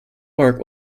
work